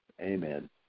amen